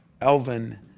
Elvin